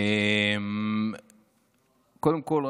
קודם כול,